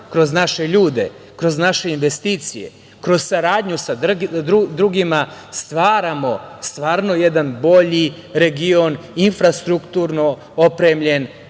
kroz naše ljude, kroz naše investicije, kroz saradnju sa drugima stvaramo jedan bolji region, infrastrukturno opremljen region